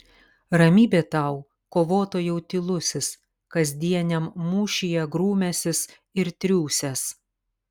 ramybė tau kovotojau tylusis kasdieniam mūšyje grūmęsis ir triūsęs